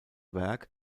werk